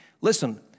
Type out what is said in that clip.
Listen